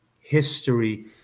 history